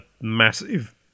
massive